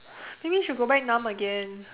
maybe you should back nahm again